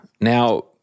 Now